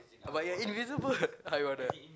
but you're invisible I got the